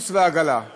פספסתי את החוק שלי.